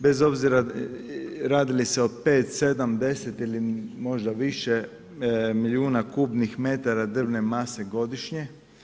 Bez obzira radi li se 5, 7, 10 ili možda više milijuna kubnih metara drvne mase godišnje.